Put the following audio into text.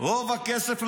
רוב הכסף,